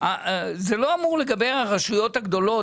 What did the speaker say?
הרשויות הגדולות,